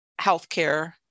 healthcare